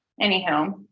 Anyhow